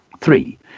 Three